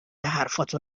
حرفاتو